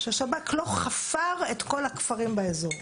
שהשב"כ לא חפר את כל הכפרים באזור,